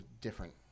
different